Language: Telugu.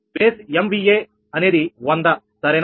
బేస్ MVA 100 సరేనా